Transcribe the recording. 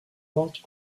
porte